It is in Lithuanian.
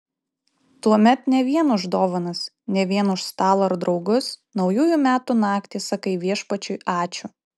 tuomet ne vien už dovanas ne vien už stalą ar draugus naujųjų metų naktį sakai viešpačiui ačiū